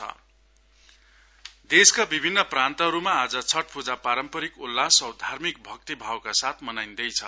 छठ पूजा देशका विभिन्न प्रान्तहरुमा आज छठ पूजा पारम्परिक उल्लास औ धार्मिक भक्तभावका साथ मनाइन्दैछ